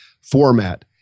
format